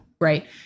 Right